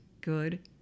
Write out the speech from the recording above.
good